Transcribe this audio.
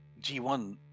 G1